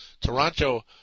Toronto